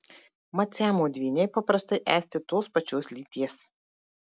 mat siamo dvyniai paprastai esti tos pačios lyties